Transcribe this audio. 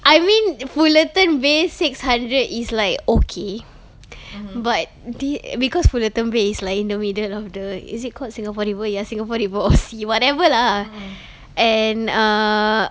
I mean fullerton bay six hundred is like okay but th~ because fullerton bay is like in the middle of the is it called singapore river ya singapore river or sea whatever lah and err